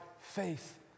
faith